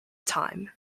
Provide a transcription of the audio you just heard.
time